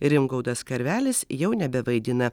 rimgaudas karvelis jau nebevaidina